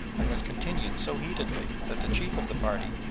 and was continued so heatedly that the chief of the party,